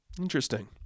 Interesting